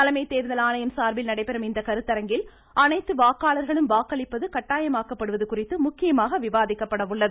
தலைமை தேர்தல் ஆணையம் சார்பில் நடைபெறும் இந்த கருத்தரங்கில் அனைத்து வாக்காளர்களும் வாக்களிப்பது கட்டாயமாக்கப்படுவது குறித்து முக்கியமாக விவாதிக்கப்பட உள்ளது